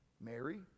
Mary